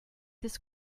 this